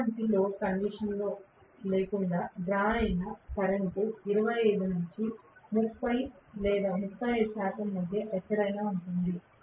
ఎటువంటి load condition లేకుండా draw అయిన కరెంట్ 25 నుండి 30 35 శాతం మధ్య ఎక్కడైనా ఉంటుంది